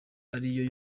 ariyo